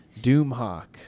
Doomhawk